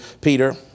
Peter